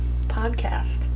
podcast